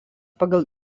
pagal